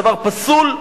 הדבר פסול,